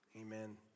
Amen